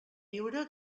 viure